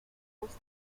was